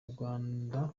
rwanda